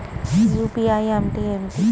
UPI అంటే ఏమిటి?